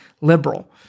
liberal